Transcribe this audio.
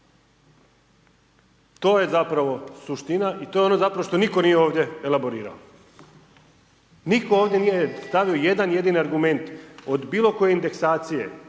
To je zapravo suština i to je ono zapravo što nitko nije ovdje elaborirao, nitko ovdje nije stavio jedan jedini argument od bilo koje indeksacije,